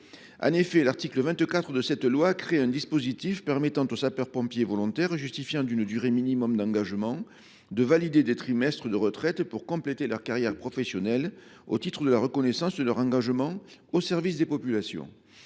En effet, l’article 24 de cette loi a créé un dispositif permettant aux sapeurs pompiers volontaires, justifiant d’une durée minimale d’engagement, de valider des trimestres de retraite. Ils peuvent ainsi compléter leur carrière professionnelle, au titre de la reconnaissance de leur engagement au service des populations.